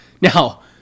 now